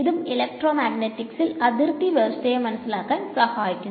ഇതും ഇലക്ട്രോമഗ്നറ്റിക്സിൽ അതിർത്തി വ്യവസ്ഥയെ മനസിലാക്കാൻ സഹായിക്കുന്നു